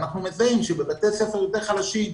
אנחנו מזהים שבבתי ספר יותר חלשים,